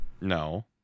No